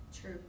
True